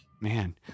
man